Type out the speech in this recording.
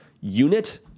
unit